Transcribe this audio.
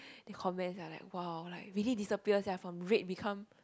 they comment sia like !wow! like really disappear sia from red become